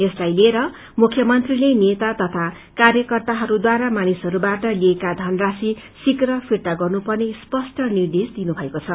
यसलाई लिएर मुख्यमन्त्रीले नेता तथा कार्यकर्ताहरूद्वाररा मानिसहरूबाट लिइएका धनराशी शीघ्र फिर्ता गनुपर्ने स्पष्ट निर्देश दिइएको छ